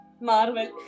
Marvel